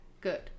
good